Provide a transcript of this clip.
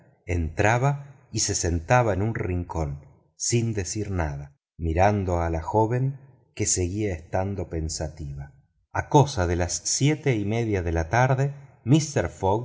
entraba y se sentaba en un rincón sin decir nada mirando a la joven que seguía estando pensativa a cosa de las siete y media de la tarde mister fogg